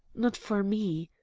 not for me.